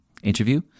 interview